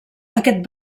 aquest